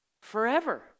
Forever